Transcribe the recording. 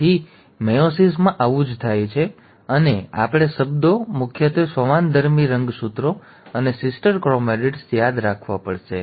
તેથી મેયોસિસમાં આવું જ થાય છે અને આપણે શબ્દો મુખ્યત્વે સમાનધર્મી રંગસૂત્રો અને સિસ્ટર ક્રોમેટિડ્સ યાદ રાખવા પડશે